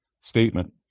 statement